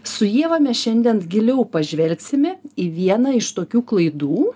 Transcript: su ieva mes šiandien giliau pažvelgsime į vieną iš tokių klaidų